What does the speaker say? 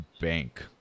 bank